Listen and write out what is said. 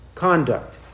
conduct